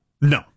No